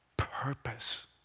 Purpose